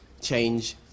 change